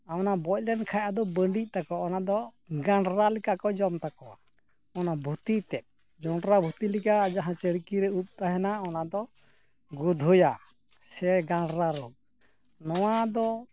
ᱚᱱᱟ ᱵᱚᱡ ᱞᱮᱱ ᱠᱷᱟᱱ ᱟᱫᱚ ᱵᱟᱺᱰᱤᱜ ᱛᱟᱠᱚᱣᱟ ᱚᱱᱟ ᱫᱚ ᱜᱟᱸᱰᱨᱟ ᱞᱮᱠᱟ ᱠᱚ ᱡᱚᱢ ᱛᱟᱠᱚᱣᱟ ᱚᱱᱟ ᱵᱷᱩᱛᱤ ᱛᱮᱫ ᱡᱚᱸᱰᱨᱟ ᱵᱷᱩᱛᱤ ᱞᱮᱠᱟ ᱡᱟᱦᱟᱸ ᱪᱟᱺᱲᱠᱤᱞ ᱨᱮ ᱩᱯ ᱛᱟᱦᱮᱱᱟ ᱚᱱᱟ ᱫᱚ ᱜᱳᱫᱷᱳᱭᱟ ᱥᱮ ᱜᱟᱸᱰᱨᱟ ᱨᱳᱜᱽ ᱱᱚᱣᱟ ᱫᱚ